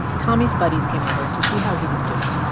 tommy's buddies came over to see how he was doing.